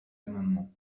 amendement